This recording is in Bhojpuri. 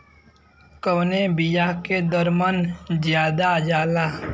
कवने बिया के दर मन ज्यादा जाला?